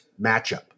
matchup